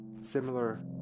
similar